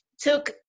Took